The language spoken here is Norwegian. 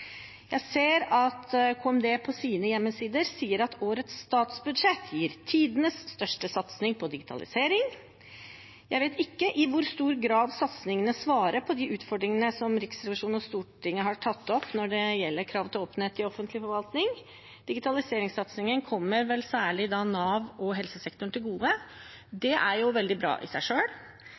Jeg ser at Kommunal- og moderniseringsdepartementet på sine hjemmesider sier at årets statsbudsjett gir «tidenes største satsing på digitalisering». Jeg vet ikke i hvor stor grad satsingene svarer på de utfordringene som Riksrevisjonen og Stortinget har tatt opp når det gjelder krav til åpenhet i offentlig forvaltning. Digitaliseringssatsingen kommer vel særlig Nav og helsesektoren til gode. Det er veldig bra i seg